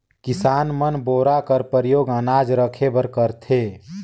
किसान मन बोरा कर परियोग अनाज राखे बर करथे